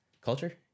culture